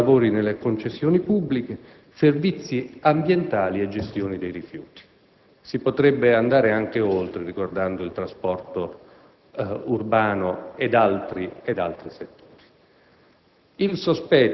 affidamento dei lavori nelle concessioni pubbliche, servizi ambientali e gestione dei rifiuti; ma si potrebbe andare anche oltre, ricordando il trasporto urbano ed altri settori.